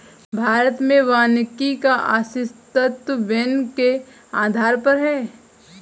भारत में वानिकी का अस्तित्व वैन के आधार पर है